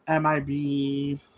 MIB